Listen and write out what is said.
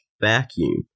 vacuum